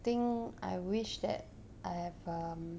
think I wish that I have